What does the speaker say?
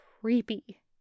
creepy